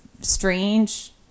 strange